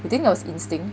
you think that was instinct